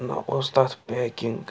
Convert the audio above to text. نہَ اوس تتھ پیکِنٛگ